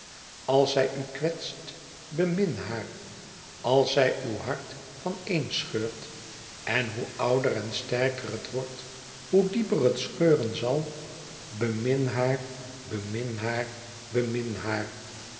als zij u kwetst bemin haar als zij uw hart vaneenscheurt en hoe ouder en sterker het wordt hoe dieper het scheuren zal bemin haar bemin haar bemin haar